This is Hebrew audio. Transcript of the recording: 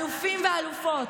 אלופים ואלופות,